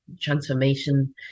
transformation